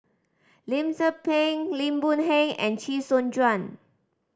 Lim Tze Peng Lim Boon Heng and Chee Soon Juan